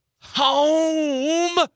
home